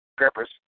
Peppers